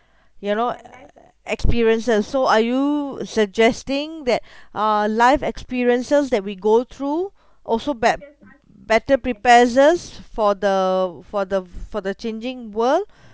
you know experiences so are you suggesting that uh life experiences that we go through also bet~ better prepares us for the for the for the changing world